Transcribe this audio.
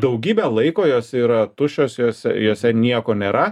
daugybę laiko jos yra tuščios jose jose nieko nėra